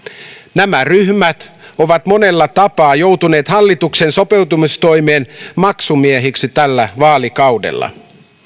nämä ryhmät ovat monella tapaa joutuneet hallituksen sopeutustoimien maksumiehiksi tällä vaalikaudella